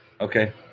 Okay